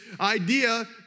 idea